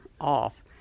off